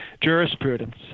jurisprudence